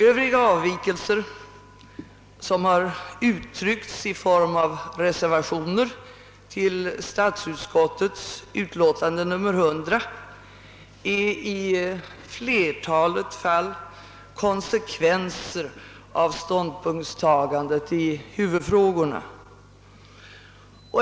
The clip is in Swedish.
Övriga avvikelser som uttryckts i form av reservationer till statsutskottets utlåtande nr 100 är i flertalet fall konsekvenser av ståndpunktstagandet i huvudfrågorna.